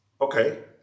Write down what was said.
Okay